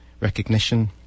recognition